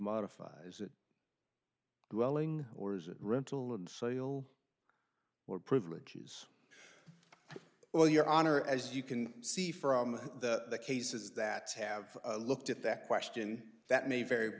modifies that welling or is it rental and social or privileges well your honor as you can see from the cases that have looked at that question that may very